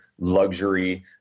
Luxury